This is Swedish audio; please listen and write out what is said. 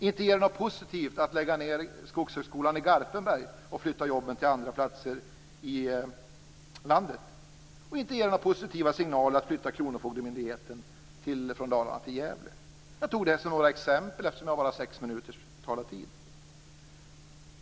Inte ger det något positivt att lägga ned Skogshögskolan i Garpenberg och flytta jobben till andra platser i landet. Inte ger det några positiva signaler att flytta kronofogdemyndigheten från Dalarna till Gävle. Det här var bara några exempel eftersom jag bara har sex minuter talartid.